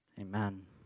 Amen